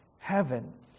heaven